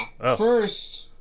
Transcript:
First